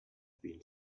been